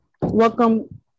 Welcome